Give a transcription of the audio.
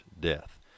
death